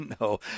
no